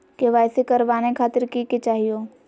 KYC करवावे खातीर कि कि चाहियो?